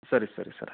ಸರಿ ಸರಿ ಸರ್ ಆಯಿತು